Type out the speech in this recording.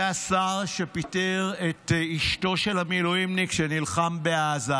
זה השר שפיטר את אשתו של מילואימניק שנלחם בעזה,